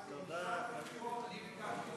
הבחירות לא מצאו חן בעינייך,